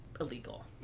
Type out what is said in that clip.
illegal